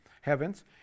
heavens